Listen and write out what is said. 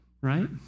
Right